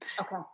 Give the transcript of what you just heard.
Okay